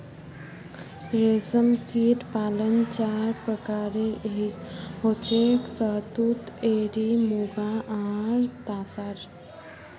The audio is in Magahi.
रेशमकीट पालन चार प्रकारेर हछेक शहतूत एरी मुगा आर तासार